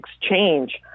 exchange